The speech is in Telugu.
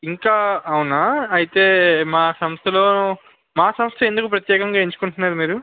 ఇంకా అవునా అయితే మా సంస్థలో మా సంస్థ ఎందుకు ప్రత్యేకంగా ఎంచుకుంటున్నారు మీరు